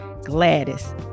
gladys